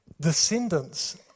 descendants